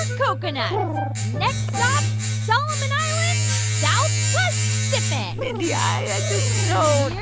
ah coconuts next stop solomon islands, south pacific mindy, i just don't.